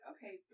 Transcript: Okay